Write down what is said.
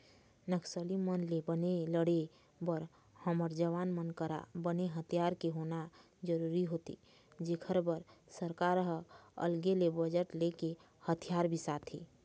नक्सली मन ले बने लड़े बर हमर जवान मन करा बने हथियार के होना जरुरी होथे जेखर बर सरकार ह अलगे ले बजट लेके हथियार बिसाथे